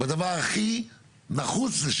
הדבר הכי נחוץ.